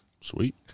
Sweet